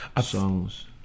songs